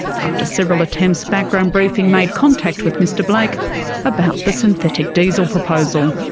after several attempts, background briefing made contact with mr blake about the synthetic diesel proposal.